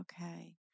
okay